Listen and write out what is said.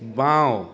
বাঁও